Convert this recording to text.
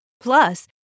Plus